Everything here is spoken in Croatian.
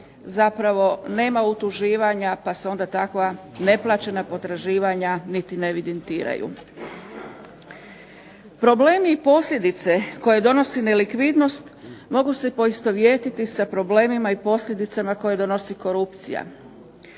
zapravo nema utuživanja pa se onda takva neplaćena potraživanja niti ne evidentiraju. Problemi i posljedice koje donosi nelikvidnost mogu se poistovjetiti sa problemima i posljedicama koje donosi korupcija.